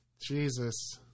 Jesus